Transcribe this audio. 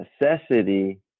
Necessity